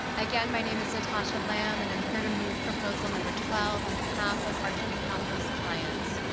again, my name is natasha lamb, and i'm here to move proposal number twelve on behalf of arjuna capital's clients,